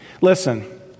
Listen